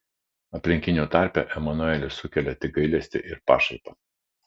aplinkinių tarpe emanuelis sukelia tik gailestį ir pašaipą